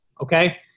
Okay